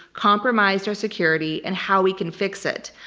compromised our security, and how we can fix it.